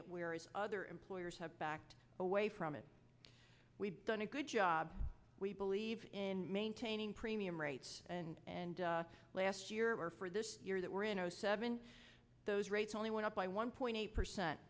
it whereas other employers have backed away from it we've done a good job we believe in maintaining premium rates and and last year for this year that were in zero seven those rates only went up by one point eight percent